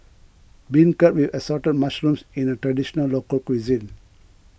Beancurd with Assorted Mushrooms is a Traditional Local Cuisine